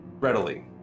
readily